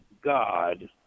God